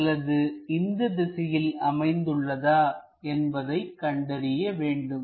அல்லது இந்த திசையில் அமைந்து உள்ளதா என்பதை கண்டறிய வேண்டும்